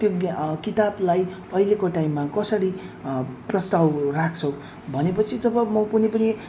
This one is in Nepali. त्यो किताबलाई अहिलेको टाइममा कसरी प्रस्ताव राख्छौ भनेपछि जब म कुनै पनि